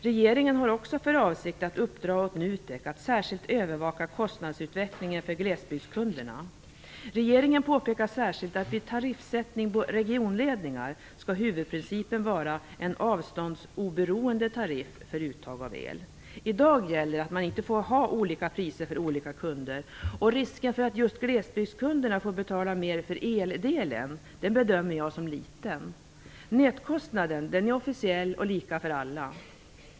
Regeringen har också för avsikt att uppdra åt NUTEK att särskilt övervaka kostnadsutvecklingen för glesbygdskunderna. Regeringen påpekar särskilt att vid tariffsättning på regionledningar skall huvudprincipen vara en avståndsoberoende tariff för uttag av el. I dag gäller att man inte får ha olika priser för olika kunder, och risken för att just glesbygdskunderna får betala mer för eldelen bedömer jag som liten. Nätkostnaden är officiell och lika för alla.